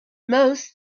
most